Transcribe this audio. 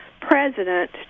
president